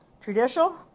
traditional